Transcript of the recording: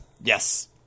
Yes